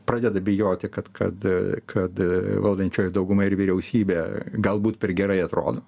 pradeda bijoti kad kad kad valdančioji dauguma ir vyriausybė galbūt per gerai atrodo